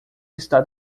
está